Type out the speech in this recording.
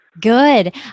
Good